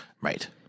Right